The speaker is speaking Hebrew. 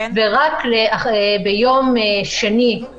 רק ביום שני,